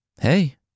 Hey